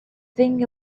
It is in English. thing